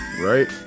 right